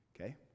Okay